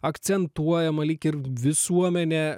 akcentuojama lyg ir visuomenė